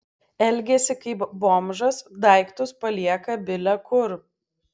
elgiasi kaip bomžas daiktus palieka bile kur